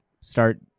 start